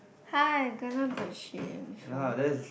!huh! I kena bird shit eh before